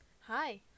Hi